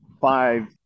five